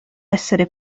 essere